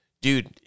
dude